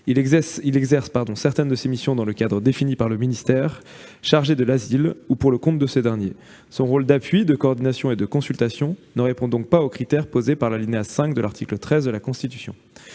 Il exerce certaines de ses missions dans le cadre défini par le ministère chargé de l'asile ou pour le compte de ce dernier. Son rôle d'appui, de coordination et de consultation ne répond donc pas aux critères définis au cinquième alinéa de l'article 13 de la Constitution.